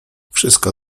wszystko